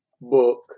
book